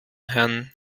herrn